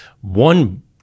one